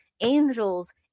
angels